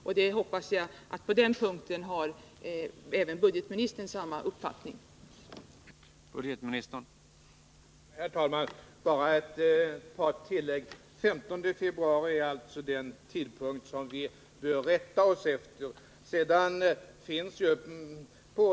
På den punkten hoppas jag att budgetministern Har samma uppfattning som jag.